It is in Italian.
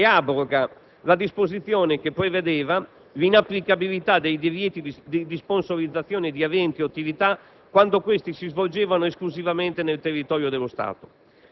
ed abroga la disposizione che prevedeva l'inapplicabilità dei divieti di sponsorizzazione di eventi o attività quando questi si svolgevano esclusivamente nel territorio dello Stato.